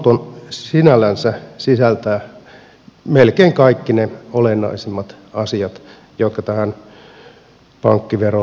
lausunto sinällänsä sisältää melkein kaikki ne olennaisimmat asiat joita tähän pankkiveroon liittyy